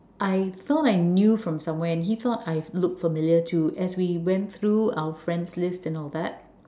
I thought I knew from somewhere and he thought I looked familiar too as we went through our friends list and all that